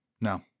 No